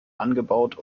angebaut